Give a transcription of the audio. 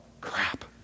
crap